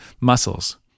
muscles